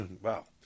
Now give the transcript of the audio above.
Wow